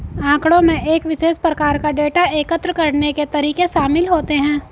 आँकड़ों में एक विशेष प्रकार का डेटा एकत्र करने के तरीके शामिल होते हैं